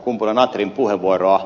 kumpula natrin puheenvuoroa